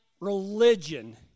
religion